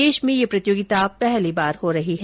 देश में ये प्रतियोगिता पहली बार हो रही है